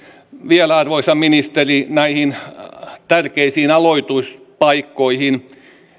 vielä arvoisa ministeri näihin tärkeisiin aloituspaikkoihin